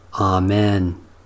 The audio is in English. Amen